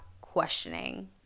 questioning